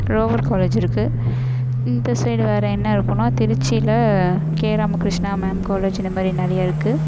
rover college இருக்குது இந்த side வேறு என்ன இருக்கும்னா திருச்சியில கே ராமகிருஷ்ணா மேம் காலேஜ் இந்த மாதிரி நிறையா இருக்குது